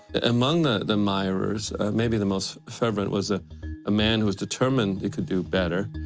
among the the admirers, maybe the most fervent was a ah man who was determined he could do better.